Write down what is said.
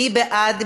מי בעד?